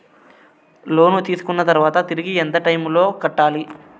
లోను తీసుకున్న తర్వాత తిరిగి ఎంత టైములో కట్టాలి